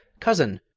cousin,